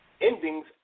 endings